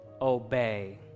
obey